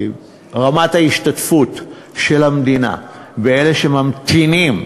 רמת ההשתתפות של המדינה, ואלה שממתינים